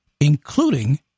including